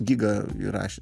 giga įrašė